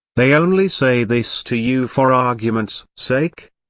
they only say this to you for argument's sake.